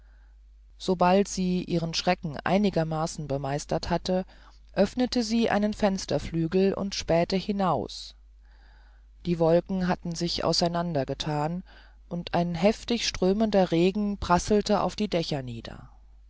sobald sie ihren schrecken einigermaßen bemeistert hatte öffnete sie einen fensterflügel und spähte hinaus die wolken hatten sich auseinander gethan und ein heftig strömender regen rasselte auf die dächer hernieder